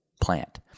plant